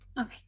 Okay